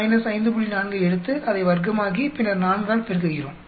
4 ஐ எடுத்து அதை வர்க்கமாக்கி பின்னர் 4 ஆல் பெருக்குகிறோம்